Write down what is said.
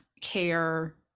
care